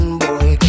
boy